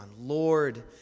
Lord